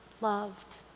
loved